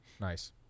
Nice